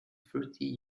thirty